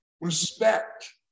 respect